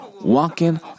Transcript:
walking